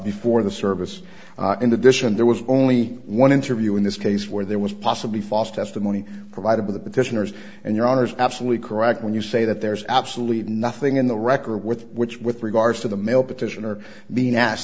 before the service and addition there was only one interview in this case where there was possibly false testimony provided by the petitioners and your honor is absolutely correct when you say that there's absolutely nothing in the record with which with regards to the male petitioner being asked